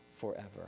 forever